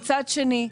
מצד שני,